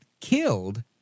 killed